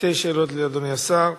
לאדוני השר.